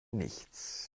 nichts